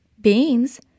Beans